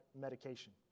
medication